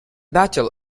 battle